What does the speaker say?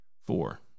Four